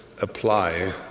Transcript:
apply